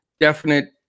definite